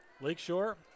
Lakeshore